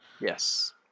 Yes